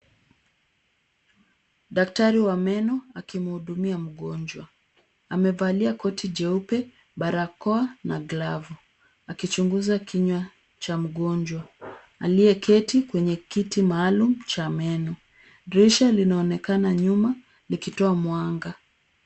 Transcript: Daktari wa meno akimhudumia mgonjwa. Amevalia koti jeupe, barakoa na glovu, akichunguza kinywa cha mgonjwa, aliyeketi kwenye kiti maalum cha meno. Dirisha linaonekana nyuma likitoa mwanga.